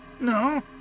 No